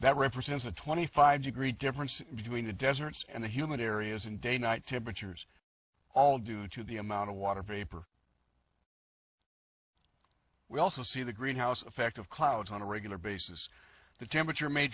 that represents a twenty five degree difference between the deserts and the human areas and day night temperatures all due to the amount of water vapor we also see the greenhouse effect of clouds on a regular basis the temperature ma